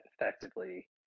effectively